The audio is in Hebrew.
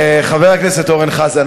חבר הכנסת אורן חזן,